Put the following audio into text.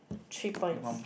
three points